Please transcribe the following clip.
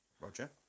Roger